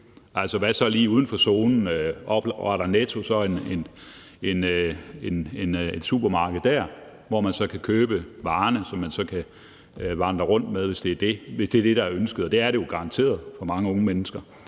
Hvad så lige uden for zonen, og er der en Netto eller et andet supermarked der, hvor man så kan købe varerne, som man så kan vandre rundt med, hvis det er det, der er ønsket, og det er det jo garanteret for mange unge mennesker?